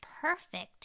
perfect